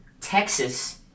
Texas